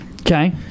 okay